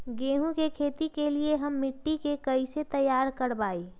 गेंहू की खेती के लिए हम मिट्टी के कैसे तैयार करवाई?